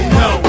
no